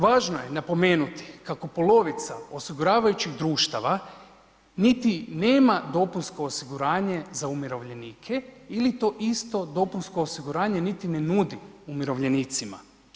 Važno je napomenuti kako polovica osiguravajućih društava niti nema dopunsko osiguranje za umirovljenike ili to isto dopunsko osiguranje niti ne nudi umirovljenicima.